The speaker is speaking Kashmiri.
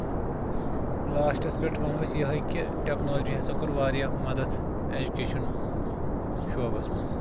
لاسٹس پٮ۪ٹھ وَنو أسۍ یِہوے کہِ ٹیٚکنالوجی ہسا کوٚر واریاہ مدد ایجُکیشن شوبَس منٛز